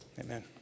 Amen